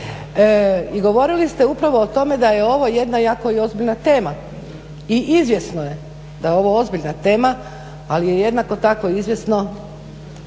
i govorili ste upravo o tome da je ovo jedna jako i ozbiljna tema i izvjesno je da je ovo ozbiljna tema, ali je jednako tako izvjesno